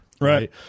right